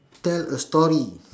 tell a story